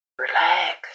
relax